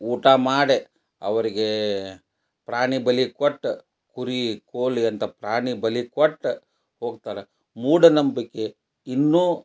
ಊಟ ಮಾಡಿ ಅವ್ರಿಗೆ ಪ್ರಾಣಿ ಬಲಿ ಕೊಟ್ಟು ಕುರಿ ಕೋಳಿ ಅಂತ ಪ್ರಾಣಿ ಬಲಿ ಕೊಟ್ಟು ಹೋಗ್ತಾರೆ ಮೂಢನಂಬಿಕೆ ಇನ್ನೂ